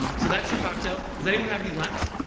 so that's your cocktail. does anyone have any left?